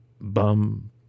bum